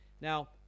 Now